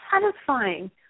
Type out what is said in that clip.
satisfying